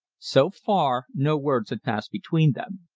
so far no words had passed between them.